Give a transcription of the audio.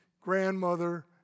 grandmother